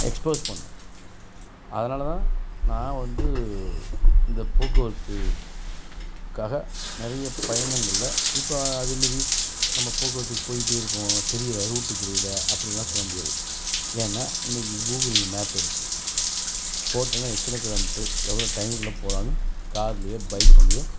expose பண்ணும் அதனால் தான் நான் வந்து இந்த போக்குவரத்துக்காக நிறைய பயணங்களில் இப்போ அதுமாரி நம்ம போக்குவரத்துக்கு போய்ட்டே இருப்போம் தெரியல ரூட் தெரியல அப்படிலாம் சொல்ல முடியாது ஏன்னா இன்னைக்கு கூகுள் மேப் இருக்குது போட்டேன்னா எத்தனை கிலோமீட்ரு எவ்வளோ டைமுக்குள்ள போகலான்னு கார்லேயோ பைக்லேயோ